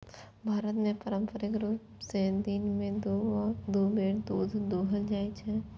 भारत मे पारंपरिक रूप सं दिन मे दू बेर दूध दुहल जाइ छै